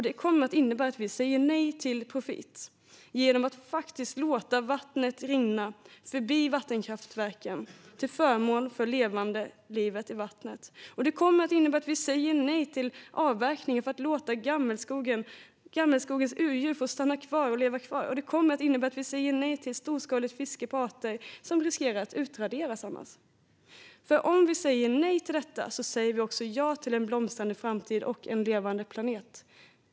Det kommer att innebära att vi säger nej till profit genom att låta vattnet rinna förbi vattenkraftverken till förmån för livet i vattnet. Det kommer att innebära att vi säger nej till avverkning för att låta gammelskogens urdjur leva kvar, och det kommer att innebära att vi säger nej till storskaligt fiske på arter som annars riskerar att utraderas. Om vi säger nej till detta säger vi nämligen ja till en blomstrande framtid och en levande planet.